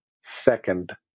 second